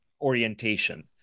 orientation